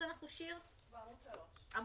מה עם הקנסות?